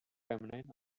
feminine